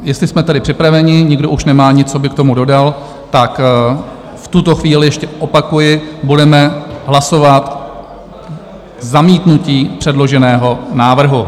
Jestli jsme tedy připraveni, nikdo už nemá nic, co by k tomu dodal, tak v tuto chvíli ještě opakuji, budeme hlasovat zamítnutí předloženého návrhu.